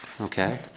okay